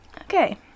Okay